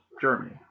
Germany